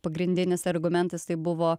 pagrindinis argumentas tai buvo